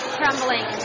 trembling